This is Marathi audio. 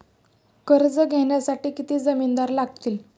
कर्ज घेण्यासाठी किती जामिनदार लागतील?